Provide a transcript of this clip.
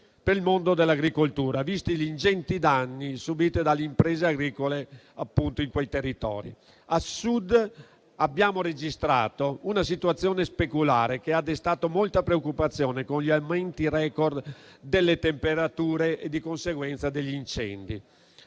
per il mondo dell'agricoltura, visti gli ingenti danni subiti dalle imprese agricole in quei territori. Al Sud abbiamo registrato una situazione speculare, che ha destato molta preoccupazione con gli aumenti *record* delle temperature e, di conseguenza, degli incendi.